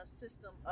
system